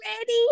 ready